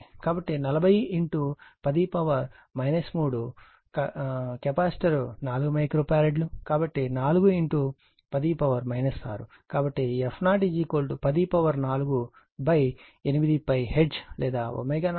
కాబట్టి 40 10 3 capacitor 4 micro farad కాబట్టి 4 10 6 కాబట్టి f0 104 8π హెర్ట్జ్ లేదా ω0 2